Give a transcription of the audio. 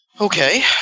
Okay